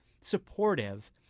supportive